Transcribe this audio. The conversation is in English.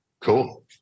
Cool